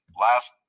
last